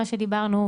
מה שדיברנו.